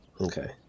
okay